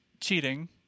Cheating